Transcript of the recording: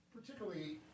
Particularly